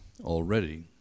already